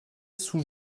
sous